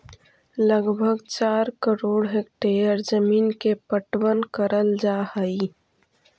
लगभग चार करोड़ हेक्टेयर जमींन के पटवन करल जा हई